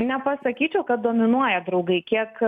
nepasakyčiau kad dominuoja draugai kiek